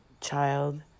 child